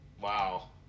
wow